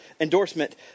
endorsement